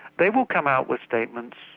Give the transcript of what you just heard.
they will come out with statements,